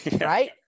right